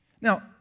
Now